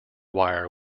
wire